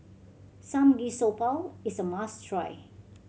samgeyopsal is a must try